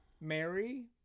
Mary